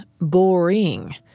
boring